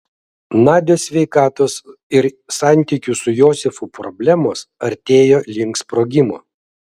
nadios sveikatos ir santykių su josifu problemos artėjo link sprogimo